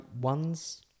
ones